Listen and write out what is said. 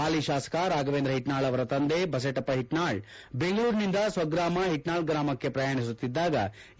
ಹಾಲಿ ಶಾಸಕ ರಾಘವೇಂದ್ರ ಹಿಟ್ನಾಳ ಅವರ ತಂದೆ ಬಸಟಿಪ್ಪ ಹಿಟ್ನಾಳ ಬೆಂಗಳೂರಿನಿಂದ ಸ್ವಗ್ರಾಮ ಹಿಟ್ನಾಳ ಗ್ರಾಮಕ್ಕೆ ಪ್ರಯಾಣಿಸುತ್ತಿದ್ದಾಗ ಅಪಘಾತ ಸಂಭವಿಸಿದೆ